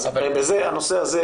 אז בזה הנושא מבחינתי.